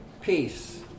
peace